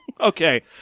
Okay